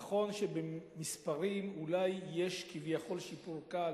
נכון שבמספרים אולי יש כביכול שיפור קל,